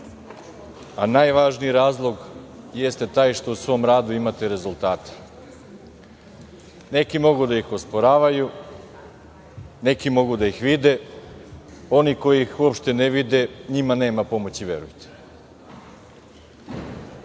a najvažniji razlog jeste taj što u svom radu imate rezultate. Neki mogu da ih osporavaju, neki mogu da ih vide. Oni koji ih uopšte ne vide, njima nema pomoći, verujte. Ako